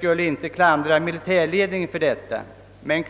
dock inte klandra militärledningen för detta förhållande.